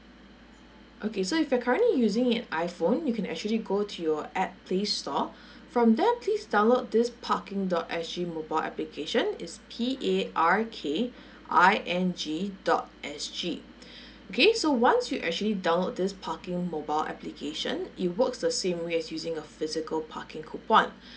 okay so if you're currently using an iphone you can actually go to your app play store from there please download this parking dot S G mobile application is P A R K I N G dot S G okay so once you actually download this parking mobile application it works the same way as using a physical parking coupon